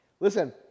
Listen